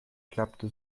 klappte